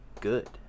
good